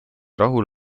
rahul